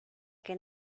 que